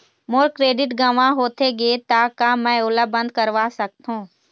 मोर credit गंवा होथे गे ता का मैं ओला बंद करवा सकथों?